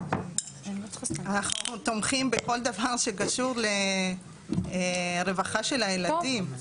אנחנו תומכים בכל דבר שקשור לרווחה של הילדים,